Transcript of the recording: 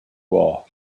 war